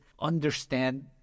understand